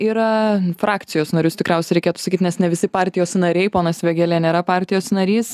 yra frakcijos narius tikriausiai reikėtų sakyt nes ne visi partijos nariai ponas vėgėlė nėra partijos narys